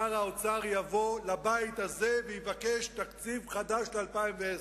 שר האוצר יבוא לבית הזה ויבקש תקציב חדש ל-2010.